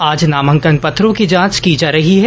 आज नामांकन पत्रों की जांच की जा रही है